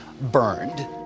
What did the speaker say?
burned